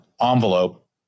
envelope